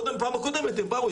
בפעם הקודמת הם באו ,